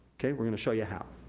we're gonna show you how.